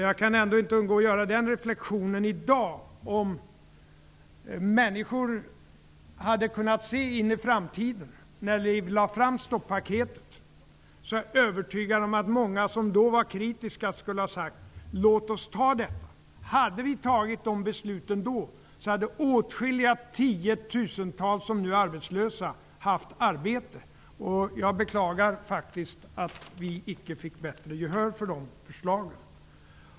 Jag kan ändå inte undgå att göra den reflexionen i dag att om människor hade kunnat se in i framtiden, när vi lade fram förslaget om stoppaketet, är jag övertygad om att många som då var kritiska nu skulle ha sagt: Låt oss anta det. Om vi då hade kunnat fatta det beslutet, hade åtskilliga tiotusentals människor som i dag är arbetslösa haft arbete. Jag beklagar faktiskt att vi inte fick bättre gehör för våra förslag.